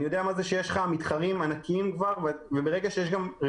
אני יודע מה זה שיש לך מתחרים שהם כבר ענקיים וברגע שיש רגולציה